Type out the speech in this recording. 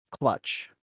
clutch